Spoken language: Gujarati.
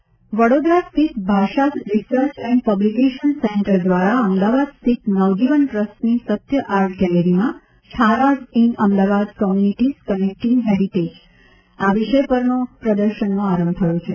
છારાઝ ઇન અમદાવાદ વડોદરા સ્થિત ભાષા રિસર્ચ એન્ડ પબ્લીકેશન સેન્ટ્ર દ્વારા અમદાવાદ સ્થિત નવજીવન ટ્રસ્ટની સત્ય આર્ટ ગેલેરીમાં Chharas in Ahmedabad communities connecting heritage વિષય પર પ્રદર્શનનો આરંભ થયો છે